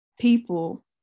people